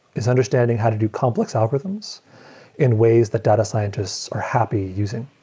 is understanding how to do complex algorithms in ways that data scientists are happy using.